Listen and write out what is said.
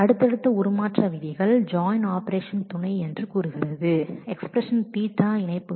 அடுத்த டிரன்ஸ்பாமேஷன் நிபந்தனை என்ன சொல்கிறது என்றால் ஜாயின் ஆபரேஷன் அசோசியேட்டிவ் என்று